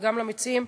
וגם למציעים.